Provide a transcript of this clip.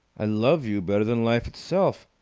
i love you better than life itself!